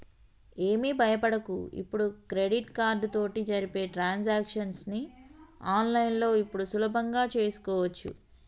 ఏమి భయపడకు ఇప్పుడు క్రెడిట్ కార్డు తోటి జరిపే ట్రాన్సాక్షన్స్ ని ఆన్లైన్లో ఇప్పుడు సులభంగా చేసుకోవచ్చు